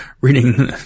reading